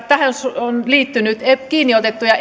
tähän on liittynyt kymmenen prosenttia lisää kiinni otettuja